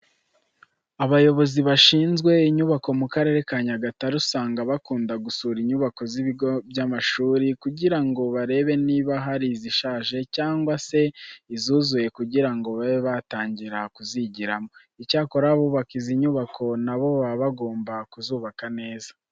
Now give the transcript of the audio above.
Abayobozi bashinzwe inyubako mu Karere ka Nyagatare usanga bakunda gusura inyubako z'ibigo bw'amashuri kugira ngo barebe niba hari izishaje cyangwa se izuzuye kugira ngo babe batangira kuzigiramo. Icyakora abubaka izi nyubako na bo baba bagomba kuzubaka neza.